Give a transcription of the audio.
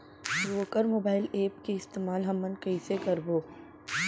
वोकर mobile app के इस्तेमाल हमन कइसे करबो?